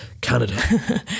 Canada